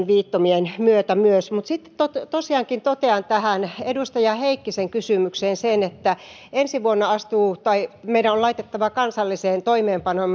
viittomien osalta myös sitten totean tähän edustaja heikkisen kysymykseen että ensi vuonna meidän on laitettava kansalliseen toimeenpanoon